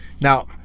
Now